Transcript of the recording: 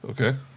Okay